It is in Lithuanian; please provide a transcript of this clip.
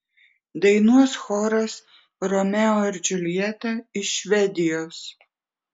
dainuos choras romeo ir džiuljeta iš švedijos